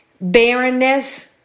barrenness